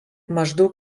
maždaug